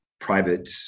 private